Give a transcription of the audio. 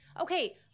Okay